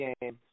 game